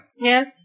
Yes